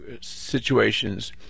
situations